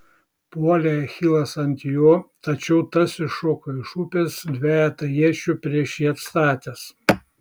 puolė achilas ant jo tačiau tas iššoko iš upės dvejetą iečių prieš jį atstatęs